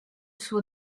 suo